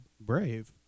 brave